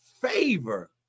favor